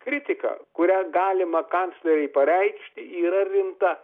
kritika kurią galima kancleriui pareikšti yra rimta